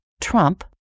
Trump